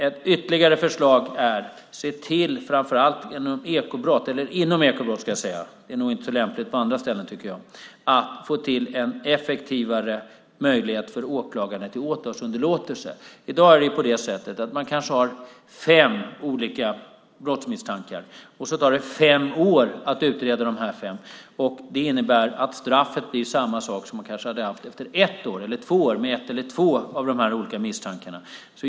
Ett ytterligare förslag är: Se till att få till en effektivare möjlighet för åklagarna till åtalsunderlåtelse när det gäller ekobrott. I dag är det på det sättet att man kanske har fem olika brottsmisstankar och så tar det fem år att utreda dem. Det innebär att straffet blir samma som man kanske skulle ha haft efter ett eller två år med en eller två av de här olika misstankarna.